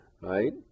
right